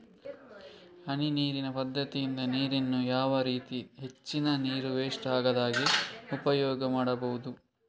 ಹನಿ ನೀರಿನ ಪದ್ಧತಿಯಿಂದ ನೀರಿನ್ನು ಯಾವ ರೀತಿ ಹೆಚ್ಚಿನ ನೀರು ವೆಸ್ಟ್ ಆಗದಾಗೆ ಉಪಯೋಗ ಮಾಡ್ಬಹುದು?